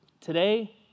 Today